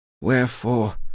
Wherefore